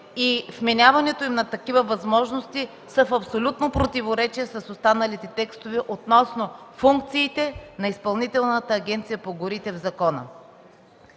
и вменяването им на такива възможности е в абсолютно противоречие с останалите текстове относно функциите на Изпълнителната агенция по горите в закона.